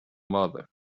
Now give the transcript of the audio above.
mother